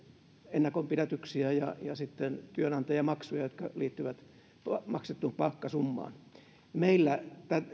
ennakonpidätyksiä ja työnantajamaksuja jotka liittyvät maksettuun palkkasummaan meillä